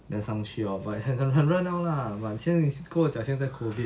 then 上去 lor but 很很热闹 lah but 现在跟我讲现在 COVID